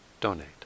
donate